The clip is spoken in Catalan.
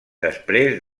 després